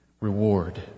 reward